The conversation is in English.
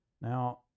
now